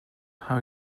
how